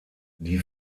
die